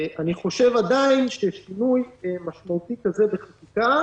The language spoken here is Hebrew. עדיין אני חושב ששינוי משמעותי כזה בחקיקה